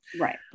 Right